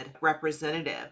representative